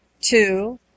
Two